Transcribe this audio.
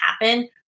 happen